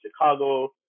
Chicago